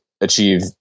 achieve